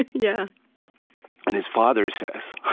yeah and his father says,